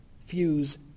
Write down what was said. fuse